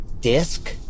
disc